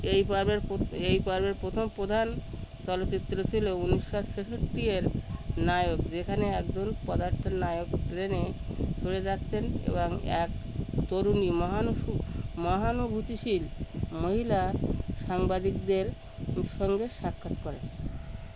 এই পর্বের এই পর্বের প্রথম প্রধান চলচ্চিত্র ছিল উনিশশো ছেষট্টির নায়ক যেখানে একজন পদার্থের নায়ক ট্রেনে চলে যাচ্ছেন এবং এক তরুণী মহানু মহানুভূতিশীল মহিলা সাংবাদিকদের সঙ্গে সাক্ষাৎ করেন